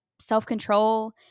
self-control